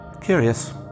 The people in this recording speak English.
curious